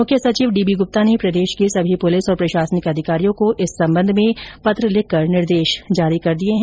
मुख्य सचिव D B Gupta ने प्रदेश के सभी पुलिस और प्रशासनिक अधिकारियों को इस संबंध में पत्र लिखकर निर्देश जारी कर दिए है